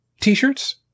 T-shirts